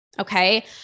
okay